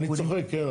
אני צוחק, כן?